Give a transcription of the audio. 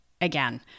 Again